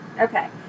okay